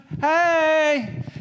Hey